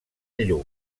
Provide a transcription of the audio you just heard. lluc